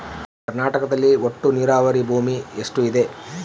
ಕರ್ನಾಟಕದಲ್ಲಿ ಒಟ್ಟು ನೇರಾವರಿ ಭೂಮಿ ಎಷ್ಟು ಇದೆ?